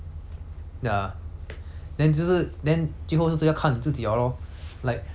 ya then 就是 then 最后就是要看你自己 liao lor like